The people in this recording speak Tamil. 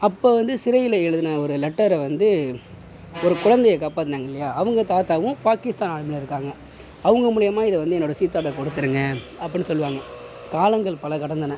அப்போது வந்து சிறையில் எழுதின ஒரு லெட்டரை வந்து ஒரு குழந்தைய காப்பாற்றினாங்க இல்லையா அவங்கள் தாத்தாவும் பாகிஸ்தான் ஆர்மியில் இருக்காங்க அவங்கள் மூலியமாக இதை வந்து என்னோட சீதாட்ட கொடுத்துடுங்க அப்படினு சொல்வாங்க காலங்கள் பல கடந்தன